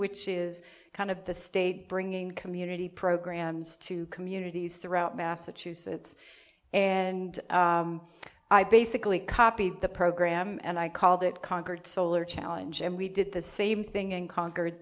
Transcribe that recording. which is kind of the state bringing community programs to communities throughout massachusetts and i basically copied the program and i called it conquered solar challenge and we did the same thing in con